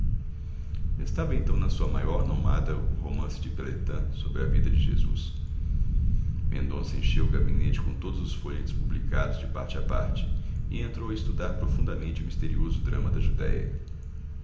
sentimentos estava então na sua maior nomeada o romance de renan sobre a vida de jesus mendonça encheu o gabinete com todos os folhetos publicados de parte a parte e entrou a estudar profundamente o misterioso drama da judéia